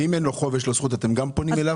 ואם אין לו חוב אלא הוא בזכות, אתם גם פונים אליו?